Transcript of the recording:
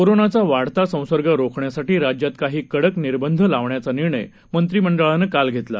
कोरोनाचा वाढता संसर्ग रोखण्यासाठी राज्यात काही कडक निर्बंध लावण्याचा निर्णय मंत्रीमंडळानं काल घेतला